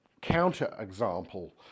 counter-example